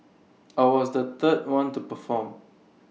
I was the third one to perform